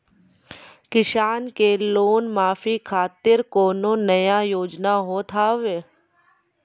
किसान के लोन माफी खातिर कोनो नया योजना होत हाव?